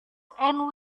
and